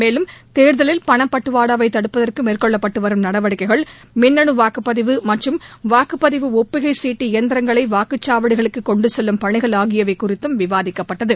மேலும் தேர்தலில் பணபட்டுவாடாவை தடுப்பதற்கு மேற்கொள்ளப்பட்டு வரும் நடவடிக்கைகள் மின்னு வாக்குப்பதிவு மற்றும் வாக்குப்பதிவு ஒப்புகை சீட்டு இயந்திரங்களை வாக்குச்சாவடிகளுக்கு கொண்டு செல்லும் பணிகள் ஆகியவை குறித்தும் விவாதிக்கப்பட்டது